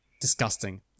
Disgusting